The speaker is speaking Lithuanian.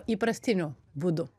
įprastiniu būdu